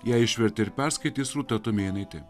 ją išvertė ir perskaitys rūta tumėnaitė